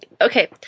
Okay